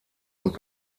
und